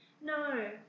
No